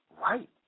Right